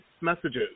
messages